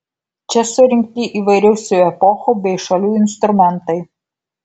čia surinkti įvairiausių epochų bei šalių instrumentai